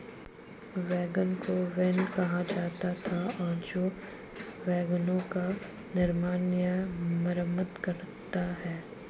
wagon को wain कहा जाता था और जो वैगनों का निर्माण या मरम्मत करता है